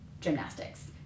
gymnastics